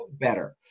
better